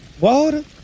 water